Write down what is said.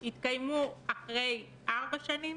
יתקיימו אחרי ארבע שנים